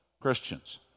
Christians